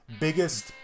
biggest